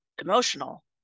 emotional